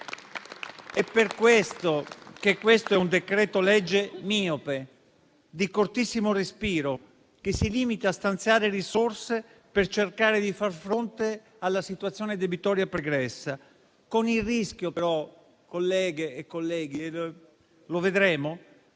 Questo è un decreto-legge miope, di cortissimo respiro, che si limita a stanziare risorse per cercare di far fronte alla situazione debitoria pregressa, con il rischio però - colleghe e colleghi - di